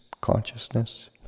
consciousness